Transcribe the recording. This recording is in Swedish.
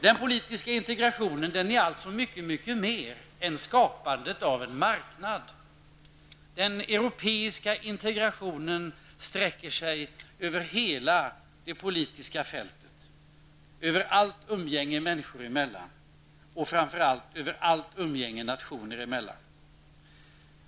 Den politiska integrationen är alltså mycket mer än skapandet av en marknad. Den europeiska integrationen sträcker sig över hela det politiska fältet, över allt umgänge människor emellan och framför allt över allt umgänge nationer emellan.